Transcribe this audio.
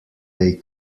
they